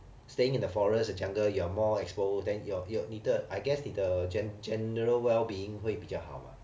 staying in the forest the jungle you are more exposed then your your 你的 I guess 你的 gen~ general well being 会比较好吧